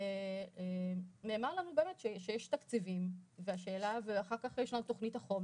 ונאמר לנו שיש תקציבים ויש לנו תוכנית חומש,